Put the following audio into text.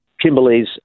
Kimberley's